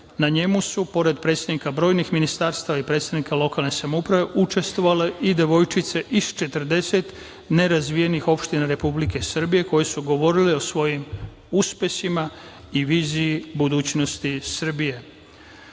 Na njemu su pored predstavnika brojnih ministarstava i predstavnika lokalne samouprave, učestvovale i devojčice iz 40 nerazvijenih opština Republike Srbije, koje su govorile o svojim uspesima i viziji budućnosti